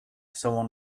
someone